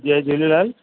Jay Jhulelal